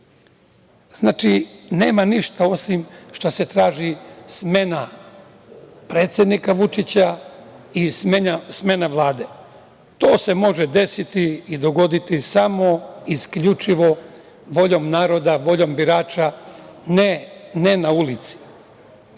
Srbije. Znači, nema ništa, osim što se traži smena predsednika Vučića i smena Vlade. To se može desiti i dogoditi samo isključivo voljom naroda, voljom birača, ne na ulici. Ako